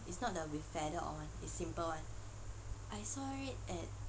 it's not the with feather all [one] it's simple [one] I saw it at